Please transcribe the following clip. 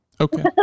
Okay